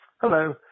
Hello